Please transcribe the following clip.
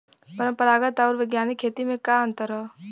परंपरागत आऊर वैज्ञानिक खेती में का अंतर ह?